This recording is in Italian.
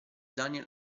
daniel